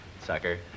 Sucker